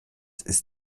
ist